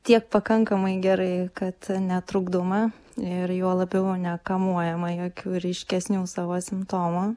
tiek pakankamai gerai kad netrukdoma ir juo labiau nekamuojama jokių ryškesnių savo simptomų